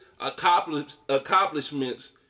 accomplishments